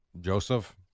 Joseph